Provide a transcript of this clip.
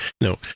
No